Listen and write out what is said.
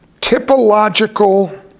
typological